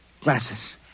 glasses